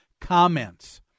comments